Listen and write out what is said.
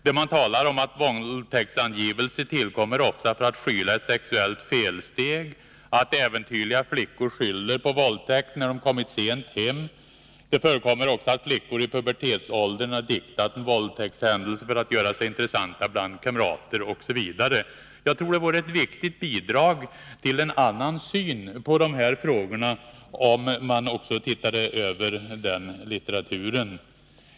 Där talas t.ex. om att våldtäktsangivelse ofta tillgrips för att skyla över ett sexuellt felsteg, att äventyrliga flickor skyller på våldtäkt när de kommit sent hem, att det ofta förekommer att flickor i pubertetsåldern uppdiktar en våldtäktshändelse för att göra sig intressanta bland kamrater osv. Jag tror att det vore ett viktigt bidrag till en annan syn på dessa frågor, om man också såg över den här litteraturen.